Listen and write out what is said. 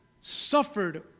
suffered